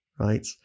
Right